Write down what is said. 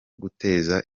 guteza